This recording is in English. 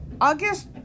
August